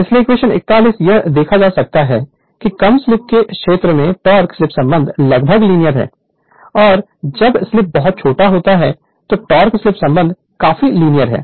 इसलिए इक्वेशन 41 यह देखा जा सकता है कि कम स्लीप के क्षेत्र में टॉर्क स्लिप संबंध लगभग लीनियर है और जब स्लीप बहुत छोटे होते हैं तो टोक़ स्लीप संबंध काफी लीनियर है